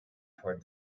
toward